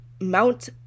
Mount